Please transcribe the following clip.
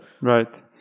Right